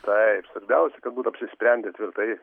taip svarbiausia kad būtų apsisprendę tvirtai